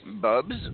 Bubs